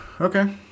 Okay